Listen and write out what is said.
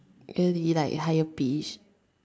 and he like higher pitch